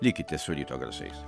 likite su ryto garsais